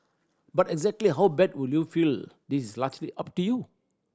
but exactly how bad would you will feel is largely up to you